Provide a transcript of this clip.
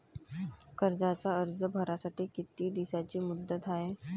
कर्जाचा अर्ज भरासाठी किती दिसाची मुदत हाय?